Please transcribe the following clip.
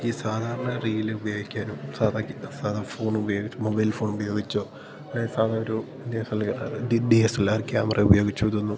ഈ സാധാരണ റീലുപയോഗിക്കാനും സാധാ സാധാ ഫോൺ ഉപയോഗി മൊബൈൽ ഫോൺ ഉപയോഗിച്ചോ സാധാ ഒരു D S L D D S L R camera ഉപയോഗിച്ചിതൊന്നും